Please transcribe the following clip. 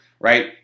Right